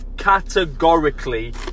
categorically